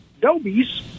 Dobies